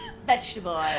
Vegetable